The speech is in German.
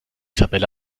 tabelle